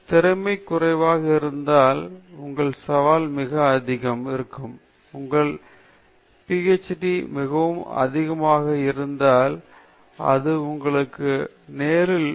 திறமை மிகக் குறைவாக இருந்தால் உங்கள் சவால் மிக அதிகமாக இருக்கும் உங்கள் சவால் மிகவும் மிக அதிகமாக இருந்தால் அது உங்களுக்கு நேரிடும் உங்கள் பிஎச்